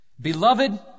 Beloved